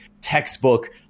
textbook